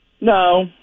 No